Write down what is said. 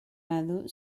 lado